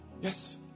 Yes